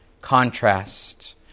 contrast